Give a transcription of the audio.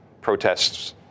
protests